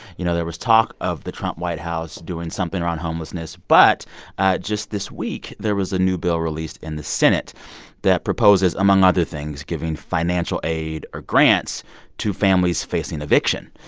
you know, there was talk of the trump white house doing something around homelessness. but just this week, there was a new bill released in the senate that proposes, among other things, giving financial aid or grants to families facing eviction.